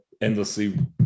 endlessly